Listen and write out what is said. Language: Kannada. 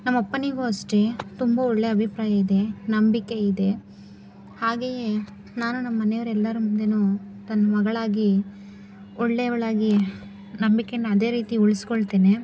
ನಮ್ಮಪ್ಪನಿಗೂ ಅಷ್ಟೇ ತುಂಬ ಒಳ್ಳೆಯ ಅಭಿಪ್ರಾಯ ಇದೆ ನಂಬಿಕೆ ಇದೆ ಹಾಗೆಯೇ ನಾನು ನಮ್ಮನೆಯವರೆಲ್ಲರ ಮುಂದೆಯೂ ತನ್ನ ಮಗಳಾಗಿ ಒಳ್ಳೆಯವಳಾಗಿ ನಂಬಿಕೆ ಅದೇ ರೀತಿ ಉಳಿಸ್ಕೊಳ್ತೇನೆ